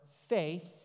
faith